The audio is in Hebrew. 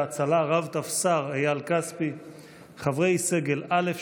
הסוכנות היהודית דורון אלמוג,